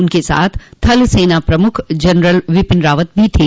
उनके साथ थल सेना प्रमुख जनरल बिपिन रावत भी थे